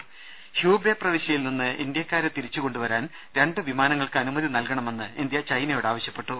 രദേശ ഹ്യൂബെ പ്രവിശ്യയിൽ നിന്ന് ഇന്ത്യക്കാരെ തിരിച്ചുകൊണ്ടുവരാൻ രണ്ടു വിമാനങ്ങൾക്ക് അനുമതി നൽകണമെന്ന് ഇന്ത്യ ചൈനയോട് ആവശ്യപ്പെട്ടു